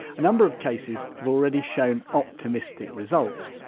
a number of cases have already shown optimistic results,